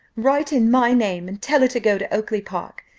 write in my name, and tell her to go to oakly-park,